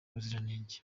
ubuziranenge